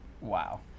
Wow